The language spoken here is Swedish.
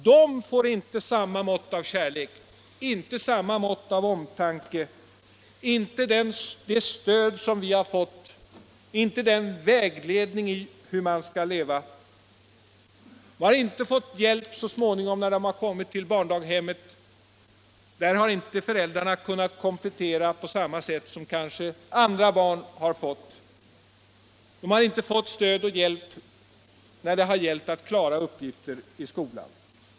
De får inte samma mått av kärlek, inte samma mått av omtanke, inte det stöd och den vägledning för hur man skall leva som vi har fått. De har inte fått hjälp när de så småningom kommit till barndaghemmet. Deras föräldrar har inte kunnat komplettera på samma sätt som andras har kunnat. Dessa barn har inte fått stöd och hjälp när det gällt att klara uppgifter i skolan.